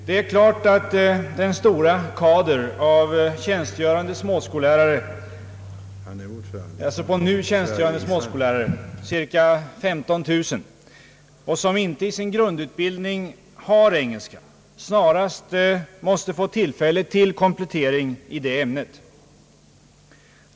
Det är klart att den stora kader av tjänstgörande småskollärare, cirka 15 000, som inte i sin grundutbildning har engelska, snarast måste få tillfälle till komplettering i det ämnet.